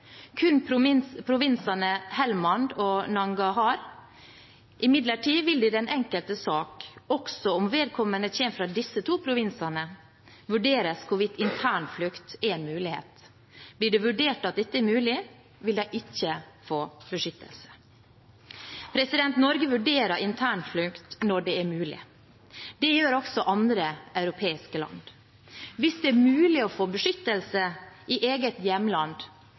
provinsene Helmand og Nangarhar. Imidlertid vil det i den enkelte sak – også om vedkommende kommer fra disse to provinsene – vurderes hvorvidt internflukt er en mulighet. Blir det vurdert at dette er mulig, vil de ikke få beskyttelse. Norge vurderer internflukt når det er mulig. Det gjør også andre europeiske land. Hvis det er mulig å få beskyttelse i eget hjemland,